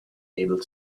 able